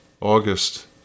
August